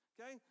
Okay